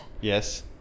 Yes